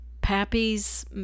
pappy's